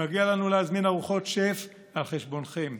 מגיע לנו להזמין ארוחות שף על חשבונכם,